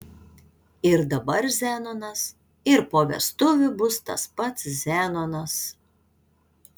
ir dabar zenonas ir po vestuvių bus tas pats zenonas